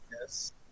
Yes